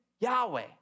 Yahweh